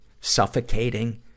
suffocating